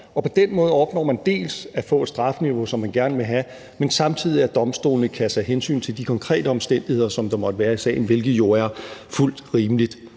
På den måde opnår man dels at få et strafniveau, som man gerne vil have, dels at domstolene kan tage hensyn til de konkrete omstændigheder, som der måtte være i sagen, hvilket jo fuldt ud er rimeligt.